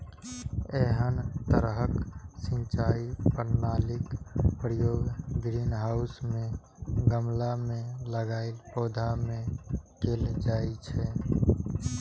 एहन तरहक सिंचाई प्रणालीक प्रयोग ग्रीनहाउस मे गमला मे लगाएल पौधा मे कैल जाइ छै